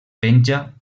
penja